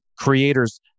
creators